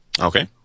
Okay